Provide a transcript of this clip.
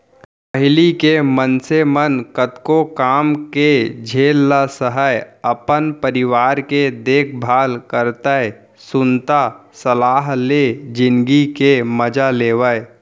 पहिली के मनसे मन कतको काम के झेल ल सहयँ, अपन परिवार के देखभाल करतए सुनता सलाव ले जिनगी के मजा लेवयँ